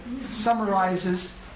summarizes